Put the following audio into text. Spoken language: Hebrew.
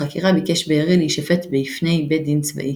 ביקש בארי להישפט בפני בית דין צבאי,